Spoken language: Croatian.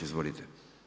Izvolite.